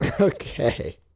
Okay